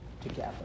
together